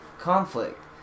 conflict